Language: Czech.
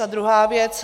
A druhá věc.